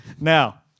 Now